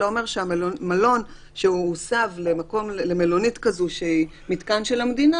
אלא אומר שמלון שמוסב למלונית כזאת שהיא מתקן של המדינה,